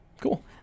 cool